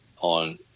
on